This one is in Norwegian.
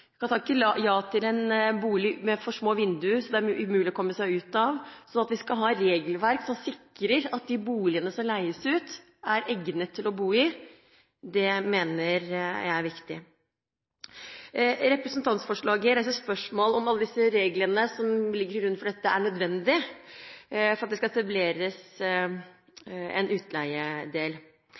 kan takke ja til en bolig med f.eks. for små vinduer, som det er umulig å komme seg ut gjennom. Derfor skal vi ha et regelverk som sikrer at de boligene som leies ut, er egnet til å bo i. Det mener jeg er viktig. Representantforslaget reiser spørsmål om alle de reglene som ligger til grunn for dette, er nødvendige når det skal etableres en utleiedel.